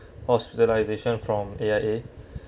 hospitalisation from A_I_A